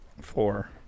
Four